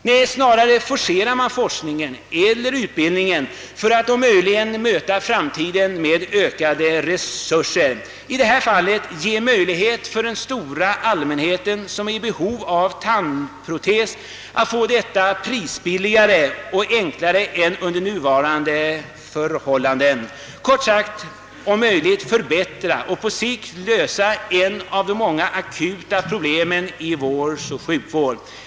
Nej, snarare forcerar man forskningen eller utbildningen för att om möjligt möta framtiden med ökade resurser, i det här fallet ge möjlighet för den stora allmänheten som är i behov av tandprotes att få detta prisbilligare och enklare än under nuvarande förhållanden, kort sagt om möjligt förbättra och på sikt lösa ett av de många akuta problemen i vår sjukvård.